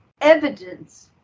Evidence